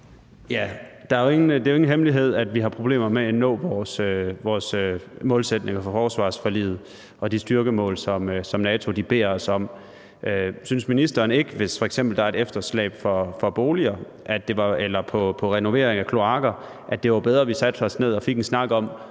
Det er jo ingen hemmelighed, at vi har problemer med at nå vores målsætninger fra forsvarsforliget og de styrkemål, som NATO beder os om at nå. Synes ministeren ikke, hvis der f.eks. er et efterslæb fra boliger eller renovering af kloakker, at det var bedre, at vi satte os ned og fik en snak om,